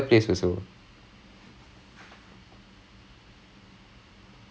uh my father plays and now he stopped நிறுத்து ஒரு இரண்டு வர்ஷம் ஆயிருச்சு இப்பே:nirutthi oru irandu varsham aayirucchu ippae now